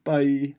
Bye